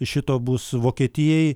šito bus vokietijai